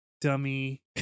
dummy